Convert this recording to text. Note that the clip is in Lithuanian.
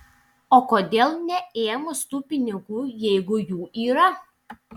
o kodėl neėmus tų pinigų jeigu jų yra